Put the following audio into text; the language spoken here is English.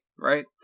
right